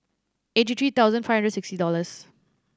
eighty three thousand five hundred sixty dollars